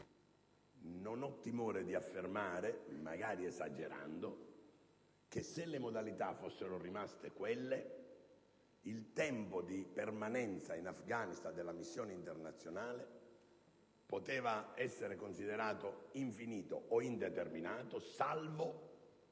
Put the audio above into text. Non ho timore di affermare, magari esagerando che, se le modalità fossero rimaste quelle, il tempo di permanenza in Afghanistan della missione internazionale avrebbe potuto essere considerato infinito o indeterminato, salvo